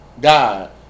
God